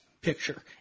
picture